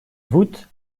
voûte